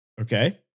Okay